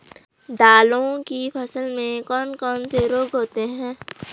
दालों की फसल में कौन कौन से रोग होते हैं?